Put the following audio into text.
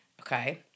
okay